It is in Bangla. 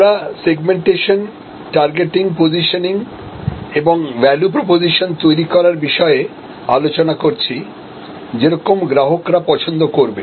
আমরা সেগমেন্টেশন টার্গেটিং পসিশনিং এবং ভ্যালু প্রপোজিশন তৈরি করার বিষয়ে আলোচনা করছি যেরকম গ্রাহকরা পছন্দ করবে